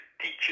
teacher